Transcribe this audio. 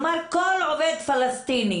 כלומר, כל עובד פלסטיני